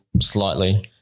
slightly